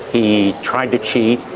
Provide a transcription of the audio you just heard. he tried to cheat.